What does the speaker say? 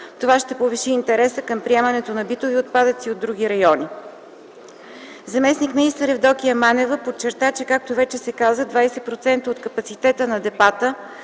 Това ще повиши интересът към приемането на битови отпадъци от други райони. Заместник-министър Евдокия Манева подчерта, че както вече се каза, 20% от капацитета на депата